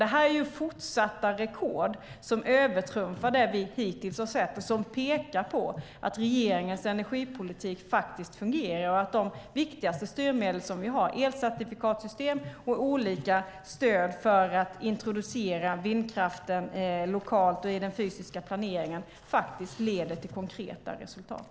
Detta är fortsatta rekord som övertrumfar det som vi hittills har sett och som pekar på att regeringens energipolitik faktiskt fungerar och att de viktigaste styrmedel som vi har, elcertifikatssystem och olika stöd för att introducera vindkraften lokalt och i den fysiska planeringen, faktiskt leder till konkreta resultat.